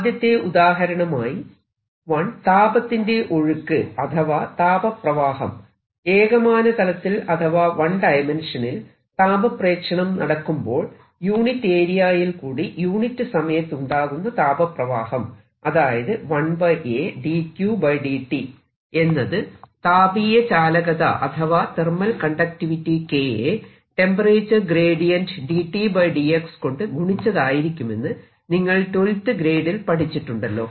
ആദ്യത്തെ ഉദാഹരണമായി താപത്തിന്റെ ഒഴുക്ക് അഥവാ താപപ്രവാഹം ഏകമാന തലത്തിൽ അഥവാ വൺ ഡയമെൻഷനിൽ താപപ്രേഷണം നടക്കുമ്പോൾ യൂണിറ്റ് ഏരിയയിൽ കൂടി യൂണിറ്റ് സമയത്ത് ഉണ്ടാകുന്ന താപപ്രവാഹം അതായത് 1 A dQ dt എന്നത് താപീയ ചാലകത അഥവാ തെർമൽ കണ്ടക്റ്റിവിറ്റി K യെ ടെമ്പറേച്ചർ ഗ്രേഡിയന്റ് dT dx കൊണ്ട് ഗുണിച്ചതായിരിക്കുമെന്ന് നിങ്ങൾ 12th ഗ്രേഡിൽ പഠിച്ചിട്ടുണ്ടല്ലോ